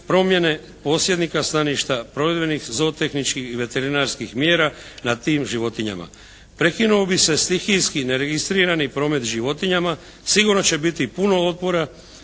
promjene posjednika staništa, provedbenih ZOO tehničkih i veterinarskih mjera na tim životinja. Prekinuo bi se stihijski neregistrirani promet životinjama. Sigurno će biti puno otpora,